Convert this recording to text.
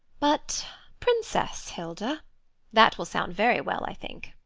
but princess hilda that will sound very well, i think.